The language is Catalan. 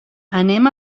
anem